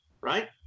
right